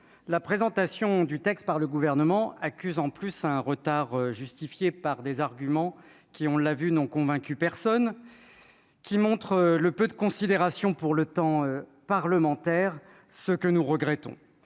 la présentation du texte par le gouvernement accuse en plus un retard justifiée par des arguments qui, on l'a vue n'ont convaincu personne qui montre le peu de considération pour le temps parlementaire ce que nous regrettons,